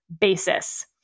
basis